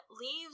leaves